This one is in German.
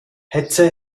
hetze